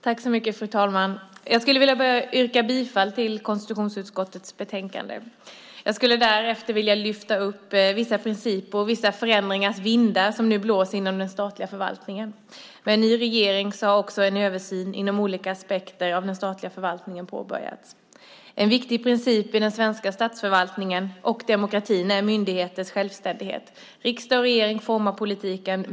Fru talman! Jag vill börja med att yrka bifall till förslaget i konstitutionsutskottets betänkande. Jag vill lyfta upp vissa principer och förändringsvindar som nu blåser inom statsförvaltningen. Med en ny regering har också en översyn inom olika aspekter av den statliga förvaltningen påbörjats. En viktig princip i den svenska statsförvaltningen och i demokratin är myndigheters självständighet. Riksdag och regering formar politiken.